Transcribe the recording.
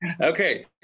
Okay